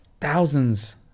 thousands